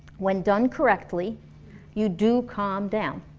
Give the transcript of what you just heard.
when done correctly you do calm down.